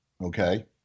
Okay